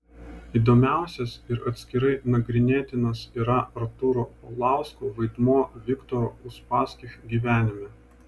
įdomiausias ir atskirai nagrinėtinas yra artūro paulausko vaidmuo viktoro uspaskich gyvenime